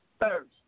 First